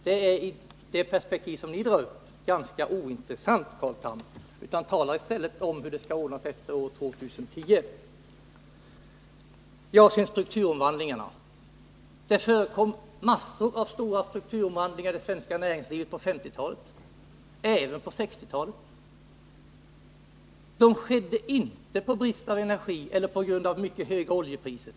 Det är, i det perspektiv som ni drar upp, ganska ointressant, Carl Tham. Tala i stället om hur det skall ordnas efter år 2010. Sedan till strukturomvandlingarna. Det förekom en mängd stofa strukturomvandlingar i det svenska näringslivet på 1950-talet och även på 1960-talet. De skedde inte på grund av brist på energi eller mycket höga oljepriser.